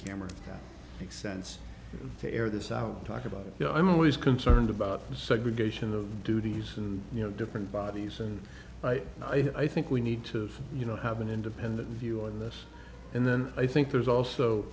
camera makes sense to air this out talk about you know i'm always concerned about the segregation of duties and you know different bodies and i think we need to you know have an independent view of this and then i think there's also